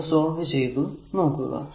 അത് സോൾവ് ചെയ്തു നോക്കുക